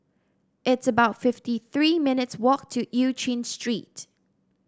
it's about fifty three minutes' walk to Eu Chin Street